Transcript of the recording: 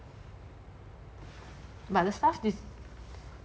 but the staff dis